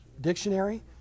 dictionary